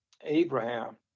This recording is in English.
Abraham